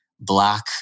black